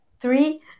three